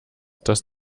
dass